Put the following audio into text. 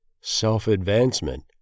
self-advancement